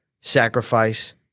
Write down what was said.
sacrifice